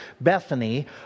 Bethany